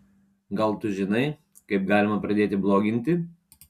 gal tu žinai kaip galima pradėti bloginti